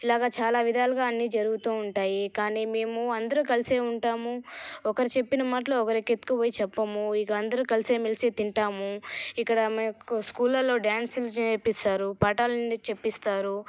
ఇలాగ చాలా విధాలుగా అన్నీ జరుగుతూ ఉంటాయి కానీ మేము అందరూ కలిసే ఉంటాము ఒకరు చెప్పిన మాటలు ఒకరికి ఎత్తుకొని పోయి చెప్పము ఇక అందరు కలిసి మెలిసే తింటాము ఇక్కడ మా యొక్క స్కూళ్లలో డ్యాన్స్లు చేపిస్తారు పఠాలన్నీ చెప్పిస్తారు